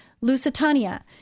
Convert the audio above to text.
Lusitania